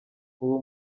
ubu